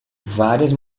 várias